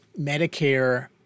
Medicare